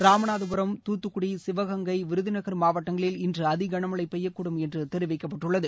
ராமநாதபுரம் தூத்துக்குடி சிவகங்கை விருதுநகர் மாவட்டங்களில் இன்று அதி கனமழை பெய்யக்கூடும் தெரிவிக்கப்பட்டுள்ளது